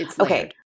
Okay